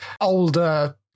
older